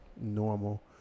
normal